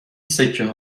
سکه